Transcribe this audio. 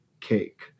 cake